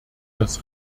das